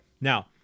Now